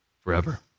forever